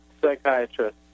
psychiatrist